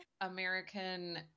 American